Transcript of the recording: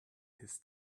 his